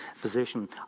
position